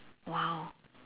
!wow!